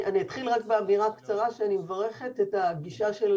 אני מברכת על הגישה של